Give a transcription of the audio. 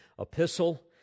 epistle